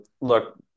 look